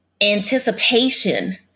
anticipation